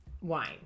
wine